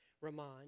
Ramon